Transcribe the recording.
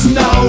no